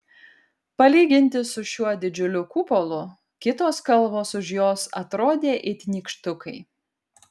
palyginti su šiuo didžiuliu kupolu kitos kalvos už jos atrodė it nykštukai